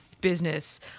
business